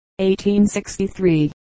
1863